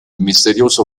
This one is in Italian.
misterioso